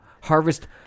harvest